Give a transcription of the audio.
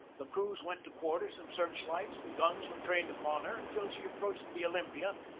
the crews went to quarters and search-lights and guns were trained upon her until she approached the olympia,